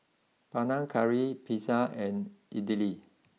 Panang Curry Pizza and Idili